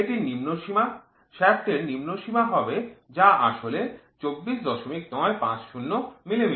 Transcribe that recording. এটি নিম্ন সীমা শ্যাফ্টের নিম্ন সীমা হবে যা আসলে ২৪৯৫০ মিলিমিটার